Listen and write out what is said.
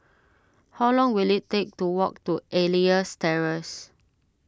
how long will it take to walk to Elias Terrace